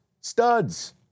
Studs